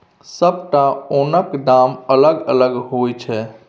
सबटा ओनक दाम अलग अलग होइ छै